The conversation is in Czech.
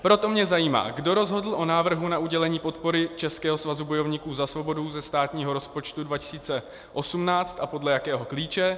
Proto mě zajímá, kdo rozhodl o návrhu na udělení podpory Českého svazu bojovníků za svobodu ze státního rozpočtu 2018 a podle jakého klíče.